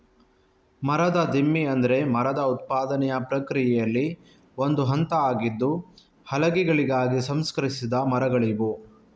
ಮರದ ದಿಮ್ಮಿ ಅಂದ್ರೆ ಮರದ ಉತ್ಪಾದನೆಯ ಪ್ರಕ್ರಿಯೆಯಲ್ಲಿ ಒಂದು ಹಂತ ಆಗಿದ್ದು ಹಲಗೆಗಳಾಗಿ ಸಂಸ್ಕರಿಸಿದ ಮರಗಳಿವು